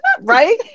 Right